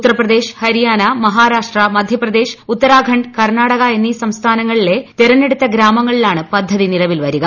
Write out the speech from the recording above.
ഉത്തർപ്രദേശ് ഹരിയാന മഹാരാഷ്ട്ര മധ്യപ്രദേശ് ഉത്തരാഖണ്ഡ് കർണാടക എന്നീ സംസ്ഥാനങ്ങളിലെ തെരഞ്ഞെടുത്ത ഗ്രാമങ്ങളിലാണ് പദ്ധതി നിലവിൽ വരുക